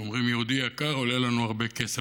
אומרים "יהודי יקר" עולה לנו הרבה כסף,